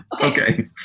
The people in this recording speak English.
Okay